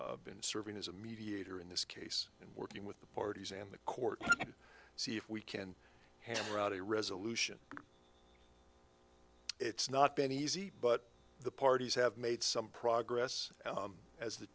has been serving as a mediator in this case and working with the parties and the court to see if we can hammer out a resolution it's not been easy but the parties have made some progress as the